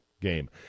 game